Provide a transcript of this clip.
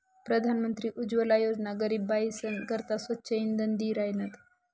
प्रधानमंत्री उज्वला योजना गरीब बायीसना करता स्वच्छ इंधन दि राहिनात